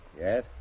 Yes